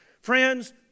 Friends